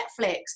Netflix